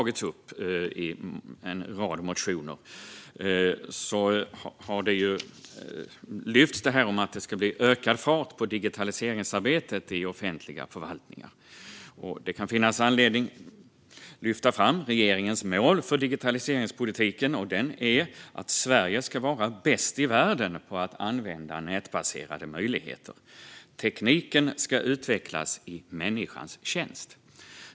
I en rad motioner lyfts frågan om ökad fart på digitaliseringsarbetet i offentlig förvaltning upp. Regeringens mål för digitaliseringspolitiken är att Sverige ska vara bäst i världen på att använda nätbaserade möjligheter. Tekniken ska utvecklas i människans tjänst.